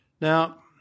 Now